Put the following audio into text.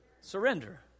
Surrender